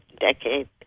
decade